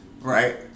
right